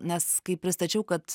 nes kai pristačiau kad